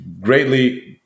greatly